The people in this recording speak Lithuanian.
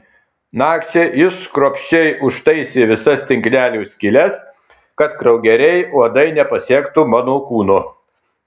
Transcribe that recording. nakčiai jis kruopščiai užtaisė visas tinklelio skyles kad kraugeriai uodai nepasiektų mano kūno